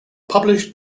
published